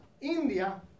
India